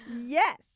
Yes